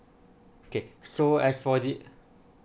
okay so as for the